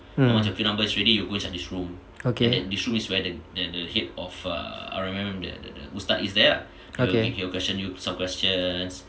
mm okay okay